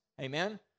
Amen